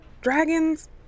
dragons